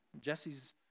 Jesse's